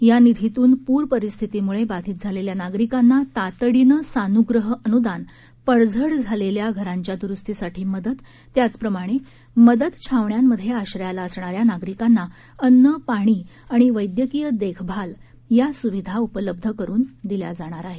या निधीतून पूर परिस्थितीमुळे बाधीत झालेल्या नागरिकांना तातडीनं सान्ग्रह अन्दान पडझड झालेल्या घरांच्या द्रुस्तीसाठी मदत त्याचप्रमाणे मदत छावण्यांमध्ये आश्रयाला असणाऱ्या नागरिकांना अन्न पाणी आणि वैद्यकीय देखभाल या स्विधा उपलब्ध करून दिल्या जाणार आहेत